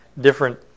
different